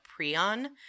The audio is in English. prion